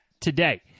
today